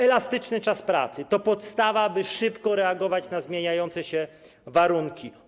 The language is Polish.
Elastyczny czas pracy to podstawa, by szybko reagować na zmieniające się warunki.